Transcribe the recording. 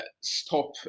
stop